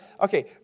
Okay